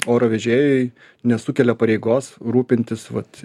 oro vežėjui nesukelia pareigos rūpintis vat